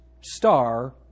star